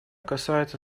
касается